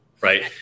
right